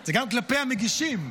זה גם כלפי המגישים,